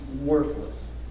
worthless